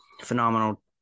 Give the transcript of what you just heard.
phenomenal